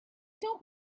don’t